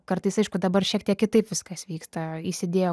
kartais aišku dabar šiek tiek kitaip viskas vyksta įsidėjo